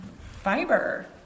fiber